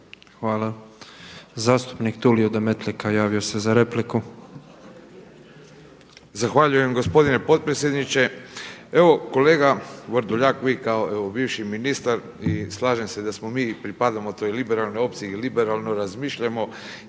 Hvala. Zastupnik Tulio Demetlika javio se za repliku. **Demetlika, Tulio (IDS)** Zahvaljujem gospodine potpredsjedniče. Evo kolega Vrdoljak vi kao bivši ministar i slažem se da smo mi i pripadamo toj liberalnoj opciji i liberalno razmišljamo